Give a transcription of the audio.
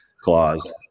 clause